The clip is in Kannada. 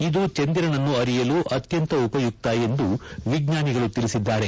ಇದು ಚಂದಿರನನ್ನು ಅರಿಯಲು ಅತ್ಯಂತ ಉಪಯುಕ್ತ ಎಂದು ವಿಜ್ಞಾನಿಗಳು ತಿಳಿಸಿದ್ದಾರೆ